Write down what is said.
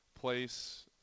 place